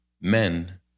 Men